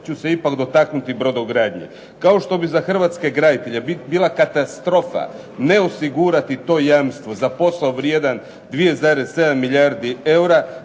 ću se ipak dotaknuti brodogradnje. Kao što bi za hrvatske graditelje bila katastrofa ne osigurati to jamstvo za posao vrijedan 2,7 milijardi eura,